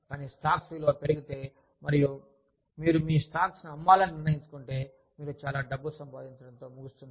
కానీ స్టాక్స్ విలువ పెరిగితే మరియు మీరు మీ స్టాక్లను అమ్మాలని నిర్ణయించుకుంటే మీరు చాలా డబ్బు సంపాదించడంతో ముగుస్తుంది